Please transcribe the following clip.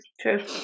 True